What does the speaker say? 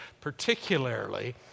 particularly